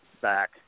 back